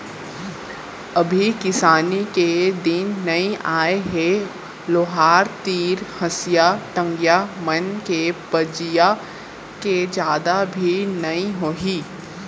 अभी किसानी के दिन नइ आय हे लोहार तीर हँसिया, टंगिया मन के पजइया के जादा भीड़ नइ होही